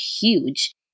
huge